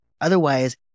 Otherwise